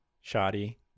Shoddy